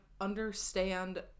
understand